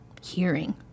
hearing